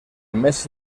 més